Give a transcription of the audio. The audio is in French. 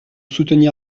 soutenir